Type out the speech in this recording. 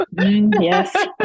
Yes